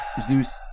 Zeus